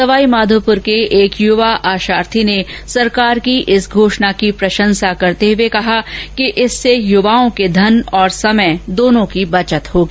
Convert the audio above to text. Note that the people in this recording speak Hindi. सवाई माधोपुर के एक युवा आशार्थी ने सरकार की इस घोषणा की प्रशंसा करते हुए कहा कि इससे युवाओं के धन और समय दोनों की बचत होगी